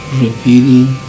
repeating